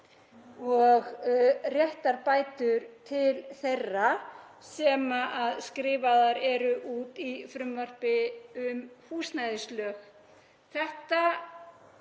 og réttarbætur til þeirra sem skrifaðar eru út í frumvarpi um húsnæðislög. Þessar